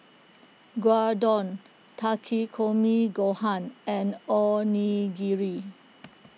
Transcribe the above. Gyudon Takikomi Gohan and Onigiri